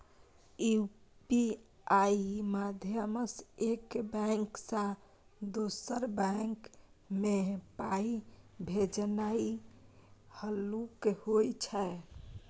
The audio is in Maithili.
यु.पी.आइ माध्यमसँ एक बैंक सँ दोसर बैंक मे पाइ भेजनाइ हल्लुक होइ छै